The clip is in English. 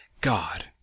God